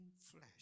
flesh